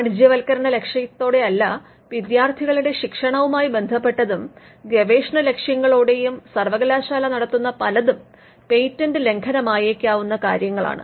വാണിജ്യവത്കരണ ലക്ഷ്യത്തോടെ അല്ല വിദ്യാർത്ഥികളുടെ ശിക്ഷണവുമായി ബന്ധപ്പെട്ടതും ഗവേഷണലക്ഷ്യങ്ങളോടെയും സർവ്വകലാശാല നടത്തുന്ന പലതും പേറ്റന്റ് ലംഘനമായേക്കാവുന്ന കാര്യങ്ങളാണ്